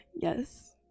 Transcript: Yes